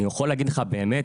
אני יכול להגיד לך באמת,